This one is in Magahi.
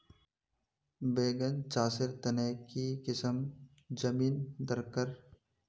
बैगन चासेर तने की किसम जमीन डरकर?